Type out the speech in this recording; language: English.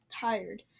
tired